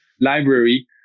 library